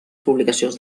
publicacions